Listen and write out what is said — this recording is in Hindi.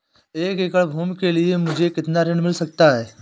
एक एकड़ भूमि के लिए मुझे कितना ऋण मिल सकता है?